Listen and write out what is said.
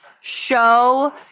Show